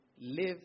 Live